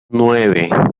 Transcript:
nueve